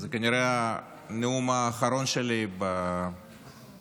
זה כנראה הנאום האחרון שלי בכנס